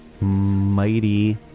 Mighty